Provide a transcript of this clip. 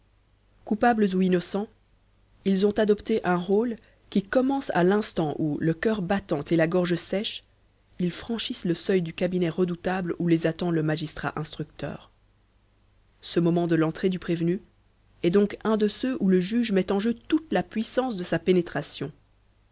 coupables ou innocents ils ont adopté un rôle qui commence à l'instant où le cœur battant et la gorge sèche ils franchissent le seuil du cabinet redoutable où les attend le magistrat instructeur ce moment de l'entrée du prévenu est donc un de ceux où le juge met en jeu toute la puissance de sa pénétration